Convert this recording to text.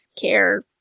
care